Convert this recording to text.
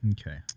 Okay